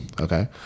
okay